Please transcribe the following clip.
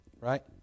right